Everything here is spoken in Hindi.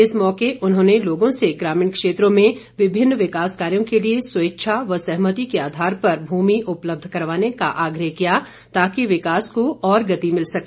इस मौके उन्होंने लोगों से ग्रामीण क्षेत्रों में विभिन्न विकास कार्यो के लिए स्वेच्छा व सहमति के आधार पर भूमि उपलब्ध करवाने का आग्रह किया ताकि विकास को और गति मिल सके